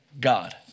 God